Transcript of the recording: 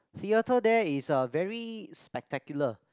theatre there is uh very spectacular